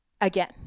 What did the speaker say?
again